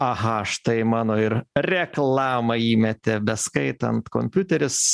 aha štai mano ir reklamą įmetė beskaitant kompiuteris